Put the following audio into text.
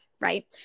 right